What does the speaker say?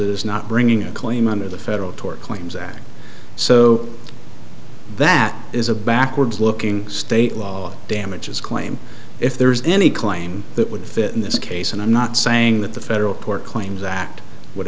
is not bringing a claim under the federal tort claims act so that is a backwards looking state law damages claim if there's any claim that would fit in this case and i'm not saying that the federal court claims that would